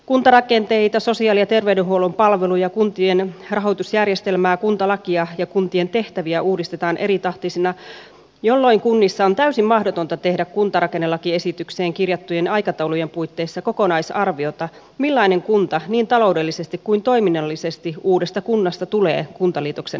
kuntarakenteita sosiaali ja terveydenhuollon palveluja kuntien rahoitusjärjestelmää kuntalakia ja kuntien tehtäviä uudistetaan eritahtisina jolloin kunnissa on täysin mahdotonta tehdä kuntarakennelakiesitykseen kirjattujen aikataulujen puitteissa kokonaisarviota millainen kunta niin taloudellisesti kuin toiminnallisesti uudesta kunnasta tulee kuntaliitoksen jälkeen